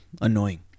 annoying